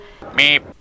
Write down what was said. Meep